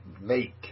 make